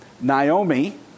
Naomi